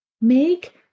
Make